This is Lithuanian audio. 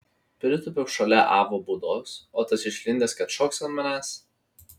pritūpiau šalia avo būdos o tas išlindęs kad šoks ant manęs